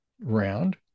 round